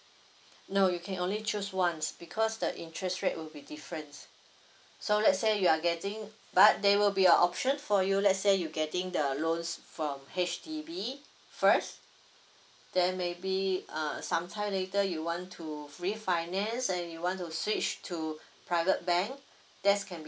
no you can only choose once because the interest rate will be difference so let's say you are getting but they will be a option for you let's say you getting the loans from H_D_B first then maybe err sometime later you want to refinance and you want to switch to private bank that's can be